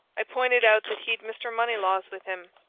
i pointed out that he'd mr. moneylaws with him,